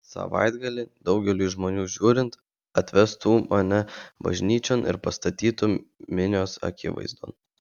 savaitgalį daugeliui žmonių žiūrint atvestų mane bažnyčion ir pastatytų minios akivaizdon